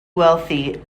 wealthy